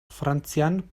frantzian